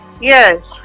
Yes